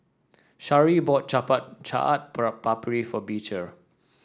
Sharee bought Chaat Papri for Beecher